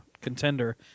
Contender